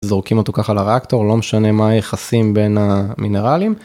זורקים אותו ככה לרקטור לא משנה מה היחסים בין המינרלים.